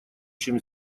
чем